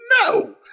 no